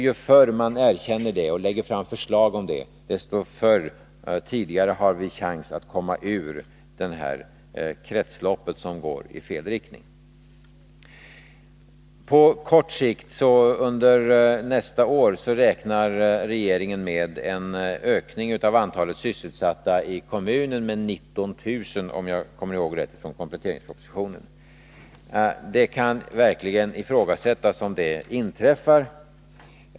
Ju förr man erkänner det och lägger fram förslag, desto tidigare har vi chans att komma ut ur det kretslopp som går i fel riktning. På kort sikt — under nästa år — räknar regeringen med en ökning av antalet sysselsatta i kommunen med 19 000, om jag minns rätt från kompletteringspropositionen. Det kan verkligen ifrågasättas om det inträffar.